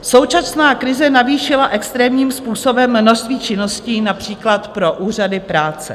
Současná krize navýšila extrémním způsobem množství činností, například pro úřady práce.